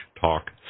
talk